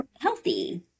healthy